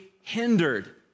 hindered